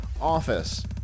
Office